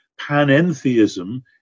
Panentheism